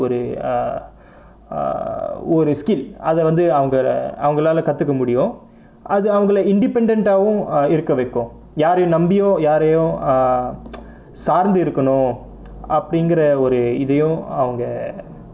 ஒரு:oru uh ஒரு:oru skill அதை வந்து அவங்க அவங்களாலை கத்துக்க முடியும் அது அவங்களை:athai vanthu avanga avangalaalai katthuka mudiyum athu avangalai independent ஆவும் இருக்க வைக்கும் யாரையும் நம்பியும் யாரையும்:aavum irukka vaikkum yaaraiyum nambiyum yaaraiyum um சார்ந்து இருக்கனும் அப்படிங்குற ஒரு இதையும் அவங்க:saarnthu irukkanum appadingura oru ithaiyum avanga